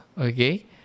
okay